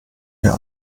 mehr